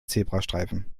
zebrastreifen